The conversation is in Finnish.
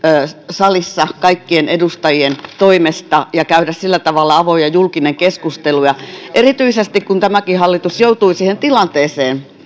salissa kaikkien edustajien toimesta ja käydä sillä tavalla avoin ja julkinen keskustelu erityisesti kun tämäkin hallitus joutui siihen tilanteeseen